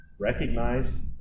recognize